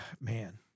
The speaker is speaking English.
man